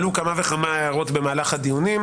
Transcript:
עלו כמה וכמה ההערות במהלך הדיונים,